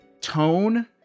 tone